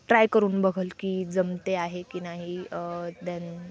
try करून बघलं की जमते आहे की नाही देन